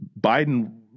Biden